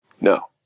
No